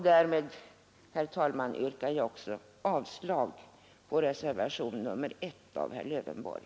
Därmed, herr talman, yrkar jag också avslag på reservationen 1 av herr Lövenborg.